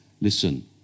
listen